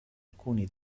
alcuni